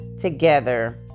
together